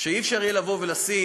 שלא יהיה אפשר לבוא ולשים,